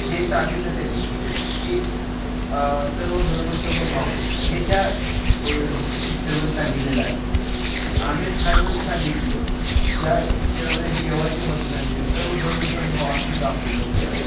जे सांगितलं त्याने की सर्व धर्मसमभाव हे त्या पिक्चरमध्ये सांगितलेलं आहे आमिर खाननं सांगितलं त्या पिक्चरामध्ये देवाचे महत्त्व सांगितले सर्व धर्मसमभाव असं दाखवलं त्यांनी